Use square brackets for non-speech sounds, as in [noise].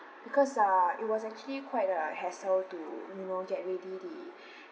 because err it was actually quite a hassle to you know get ready the [breath]